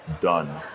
done